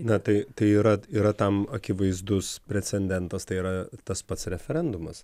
na tai tai yra yra tam akivaizdus precendentas tai yra tas pats referendumas